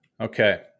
Okay